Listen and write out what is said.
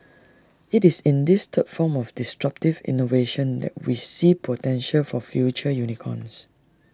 it's in this third form of disruptive innovation that we see potential for future unicorns